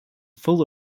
full